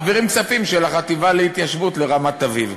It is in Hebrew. מעבירים כספים של החטיבה להתיישבות לרמת-אביב.